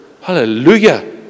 Hallelujah